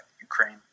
Ukraine